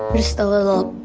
just a little